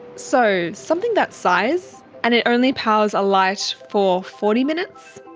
so, something that size and it only powers a light for forty minutes?